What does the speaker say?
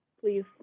please